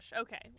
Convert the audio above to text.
Okay